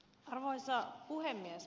arvoisa puhemies